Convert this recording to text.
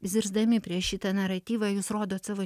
zirzdami prieš šitą naratyvą jūs rodot savo